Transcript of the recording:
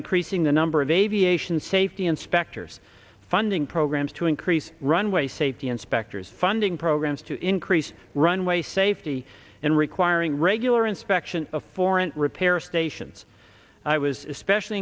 increasing the number of aviation safety inspectors funding programs to increase runway safety inspectors funding programs to increase runway safety and requiring regular inspections of foreign repair stations i was especially